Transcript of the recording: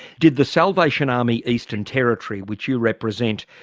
did the salvation army eastern territory, which you represent,